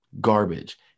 garbage